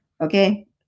okay